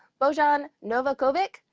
bojan novakovic,